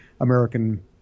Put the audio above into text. American